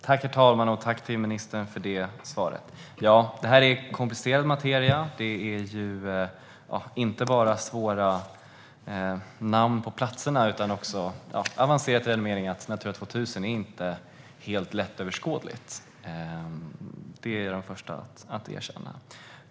Herr talman! Tack, ministern, för svaret! Detta är komplicerad materia. Det handlar inte bara om svåra namn på platserna, utan det är också avancerat i meningen att Natura 2000 inte är helt lättöverskådligt - detta är jag den förste att erkänna.